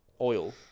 oil